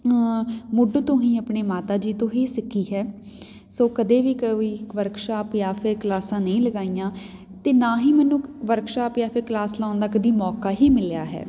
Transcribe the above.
ਮੁੱਢ ਤੋਂ ਹੀ ਆਪਣੇ ਮਾਤਾ ਜੀ ਤੋਂ ਹੀ ਸਿੱਖੀ ਹੈ ਸੋ ਕਦੇ ਵੀ ਕੋਈ ਵਰਕਸ਼ਾਪ ਜਾਂ ਫਿਰ ਕਲਾਸਾਂ ਨਹੀਂ ਲਗਾਈਆਂ ਅਤੇ ਨਾ ਹੀ ਮੈਨੂੰ ਵਰਕਸ਼ਾਪ ਜਾਂ ਫਿਰ ਕਲਾਸ ਲਗਾਉਣ ਦਾ ਕਦੇ ਮੌਕਾ ਹੀ ਮਿਲਿਆ ਹੈ